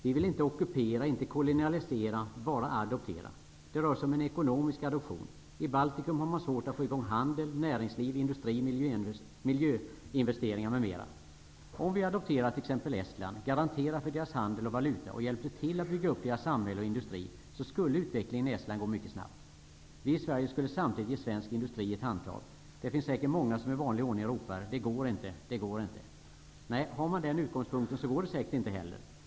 Vi vill inte ockupera, inte kolonialisera, bara adoptera. Det rör sig om en ekonomisk adoption. I Baltikum har man svårt att få i gång handel, näringsliv, industri, miljöinvesteringar m.m. Om vi adopterade t.ex. Estland, garanterade för dess handel och valuta och hjälpte till att bygga upp samhälle och industri, skulle utvecklingen i Estland gå mycket snabbt. Vi i Sverige skulle samtidigt ge svensk industri ett handtag. Det finns säkert många som i vanlig ordning ropar: ''Det går inte, det går inte!'' Nej, har man den utgångspunkten, går det säkert inte heller.